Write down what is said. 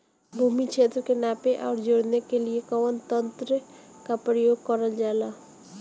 भूमि क्षेत्र के नापे आउर जोड़ने के लिए कवन तंत्र का प्रयोग करल जा ला?